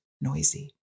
noisy